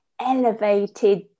elevated